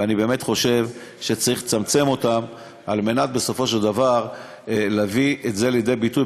ואני באמת חושב שצריך לצמצם אותם כדי להביא את זה לידי ביטוי,